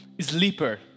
sleeper